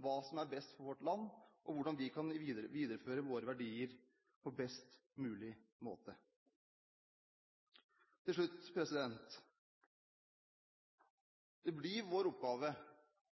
hva som er best for vårt land, hvordan vi kan videreføre våre verdier på best mulig måte. Til slutt: Det blir vår oppgave